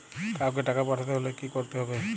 কাওকে টাকা পাঠাতে হলে কি করতে হবে?